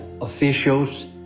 officials